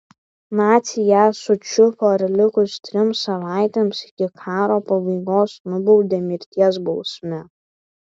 naciai ją sučiupo ir likus trims savaitėms iki karo pabaigos nubaudė mirties bausme